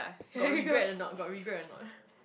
got regret or not got regret or not